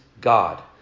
God